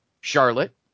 Charlotte